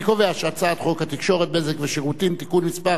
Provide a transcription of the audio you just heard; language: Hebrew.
אני קובע שחוק התקשורת (בזק ושידורים) (תיקון מס'